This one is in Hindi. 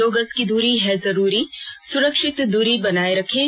दो गज की दूरी है जरूरी सुरक्षित दूरी बनाए रखें